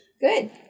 Good